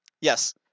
Yes